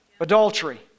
adultery